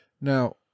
now